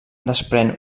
desprèn